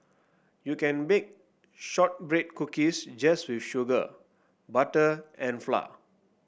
you can bake shortbread cookies just with sugar butter and flour